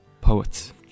Poets